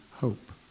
hope